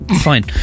fine